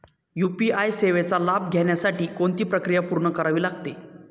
UPI सेवेचा लाभ घेण्यासाठी कोणती प्रक्रिया पूर्ण करावी लागते?